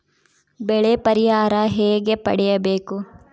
ಬೆಳೆ ಪರಿಹಾರ ಹೇಗೆ ಪಡಿಬೇಕು?